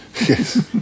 Yes